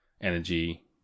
energy